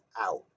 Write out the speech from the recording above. out